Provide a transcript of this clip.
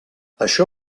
això